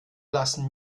lassen